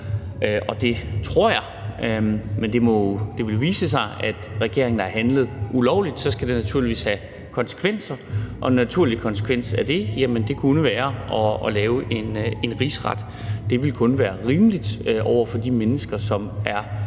og det tror jeg det gør – at regeringen har handlet ulovligt, så skal det naturligvis have konsekvenser, og den naturlige konsekvens af det kunne være at rejse en rigsretssag. Det ville kun være rimeligt over for de mennesker, som er